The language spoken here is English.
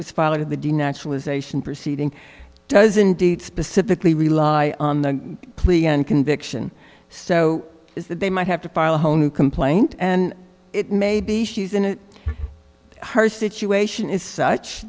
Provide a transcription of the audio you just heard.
was followed in the de naturalization proceeding does indeed specifically rely on the plea and conviction so is that they might have to file a whole new complaint and it may be she's in her situation is such